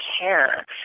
care